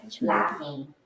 Laughing